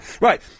Right